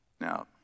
Now